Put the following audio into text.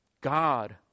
God